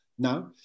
now